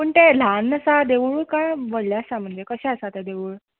पूण तें ल्हान आसा देवूळ कांय व्हडलें आसा म्हणजे कशें आसा तें देवूळ